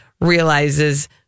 realizes